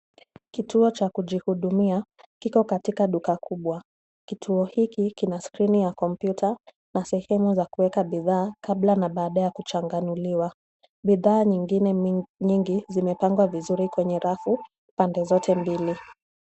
Kituo cha kujihudumia kiko katika duka kubwa. Kituo hiki kina skrini ya kompyuta na sehemu za kuweka bidhaa, kabla na baada ya kuchanganuliwa. Bidhaa nyingine nyingi zimepangwa vizuri kwenye rafu pande zote mbili.